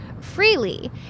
freely